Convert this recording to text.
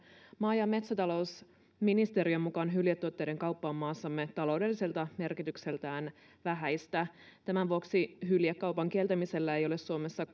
maa ja metsätalousministeriön mukaan hyljetuotteiden kauppa on maassamme taloudelliselta merkitykseltään vähäistä tämän vuoksi hyljekaupan kieltämisellä ei ole suomessa